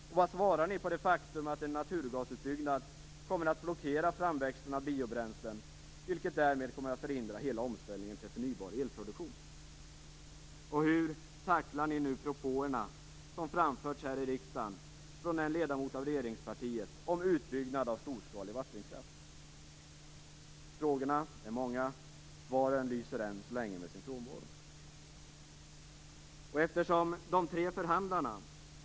Och vad säger ni om det faktum att en naturgasutbyggnad kommer att blockera framväxten av biobränslen, vilket därmed kommer att förhindra hela omställningen till förnybar elproduktion? Hur tacklar ni nu propåerna som framförts här i riksdagen från en ledamot av regeringspartiet om utbyggnad av storskalig vattenkraft? Frågorna är många, men svaren lyser än så länge med sin frånvaro.